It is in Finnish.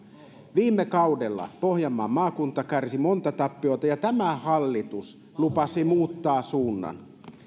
viime kaudella pohjanmaan maakunta kärsi monta tappiota ja tämä hallitus lupasi muuttaa suunnan